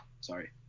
sorry